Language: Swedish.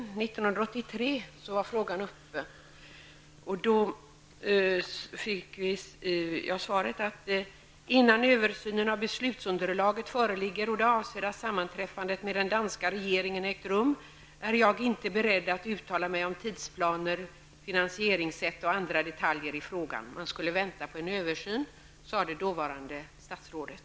1983 var frågan uppe, och jag fick då följande besked: Innan översynen och beslutsunderlaget föreligger och det avsedda sammanträffandet med den danska regeringen ägt rum är jag inte beredd att uttala mig om tidsplaner, finansieringssätt och andra detaljer i frågan. Man skulle vänta på en översyn, sade dåvarande statsrådet.